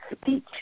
speech